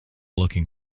looking